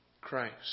Christ